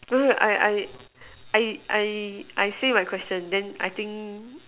wait wait I I I I say my question then I think